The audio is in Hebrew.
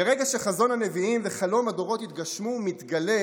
מרגע שחזון הנביאים וחלום הדורות התגשמו מתגלה